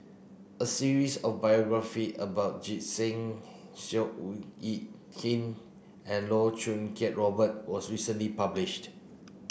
a series of biography about Singh Yit Kin and Loh Choo Kiat Robert was recently published